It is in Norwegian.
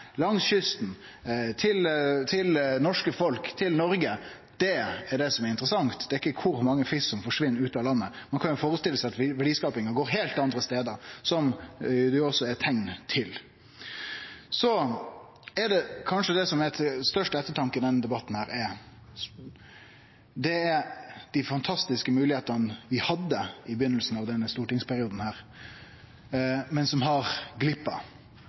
langs kysten i Noreg, klarer å gjere eksport til verdiskaping. Det er det som er interessant, ikkje kor mange fisk som forsvinn ut av landet. Ein kan førestille seg at verdiskapinga går heilt andre stader, noko det også er teikn til. Det som kanskje er til størst ettertanke i denne debatten, er dei fantastiske moglegheitene vi hadde i starten av denne stortingsperioden, men som har